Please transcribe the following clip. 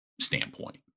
standpoint